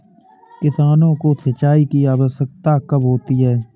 किसानों को सिंचाई की आवश्यकता कब होती है?